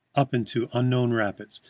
up into unknown rapids,